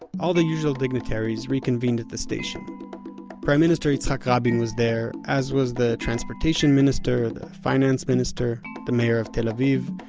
all the usual dignitaries reconvened at the station prime minister yitzhak rabin was there, as was the transportation minister, the finance minister, the mayor of tel aviv,